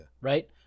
right